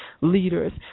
Leaders